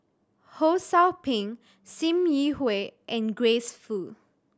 Ho Sou Ping Sim Yi Hui and Grace Fu